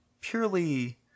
purely